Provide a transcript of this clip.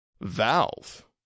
Valve